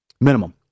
Minimum